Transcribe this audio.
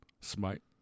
Smite